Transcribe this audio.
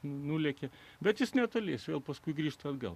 nulėkė bet jis netoliese o paskui grįžta atgal